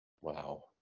Wow